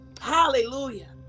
Hallelujah